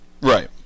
Right